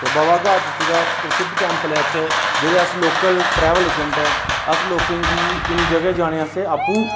ते बाबा ग्हार जित्तो दा प्रसिद्ध टैंपल ऐ इत्थै जेह्ड़े अस लोकल ट्रैवल अजैंट इन अस लोकें गी इ'नें जगहें जाने आस्तै आपूं बोलनें